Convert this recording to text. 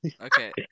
Okay